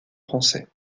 français